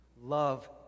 love